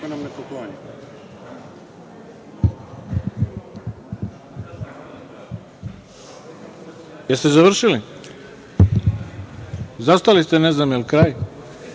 Jeste završili? Zastali ste, ne znam jel kraj.